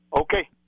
okay